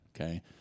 Okay